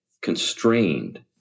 constrained